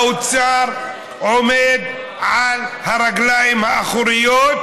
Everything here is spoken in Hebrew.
האוצר עומד על הרגליים האחוריות,